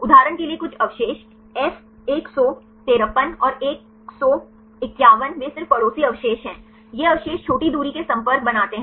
उदाहरण के लिए कुछ अवशेष एफ 153 और 151 वे सिर्फ पड़ोसी अवशेष हैं ये अवशेष छोटी दूरी के संपर्क बनाते हैं